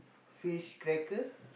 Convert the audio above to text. fish cracker